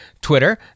Twitter